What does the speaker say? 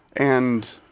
and,